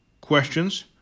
questions